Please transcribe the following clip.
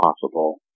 possible